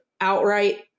outright